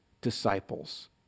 disciples